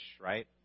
right